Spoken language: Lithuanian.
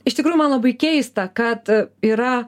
iš tikrųjų man labai keista kad yra